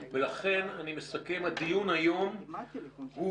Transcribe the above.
לכן, אני אסכם, הדיון היום הוא